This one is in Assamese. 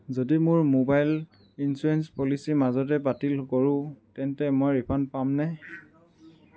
যদি মোৰ মোবাইল ইঞ্চুৰেঞ্চ পলিচি মাজতে বাতিল কৰোঁ তেন্তে মই ৰিফাণ্ড পামনে